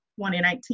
2019